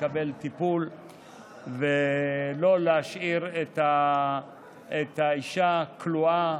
לקבל טיפול ולא להשאיר את האישה כלואה,